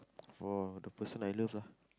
for the person I love lah